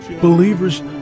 Believers